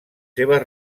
seves